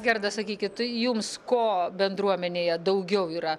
gerda sakykit tai jums ko bendruomenėje daugiau yra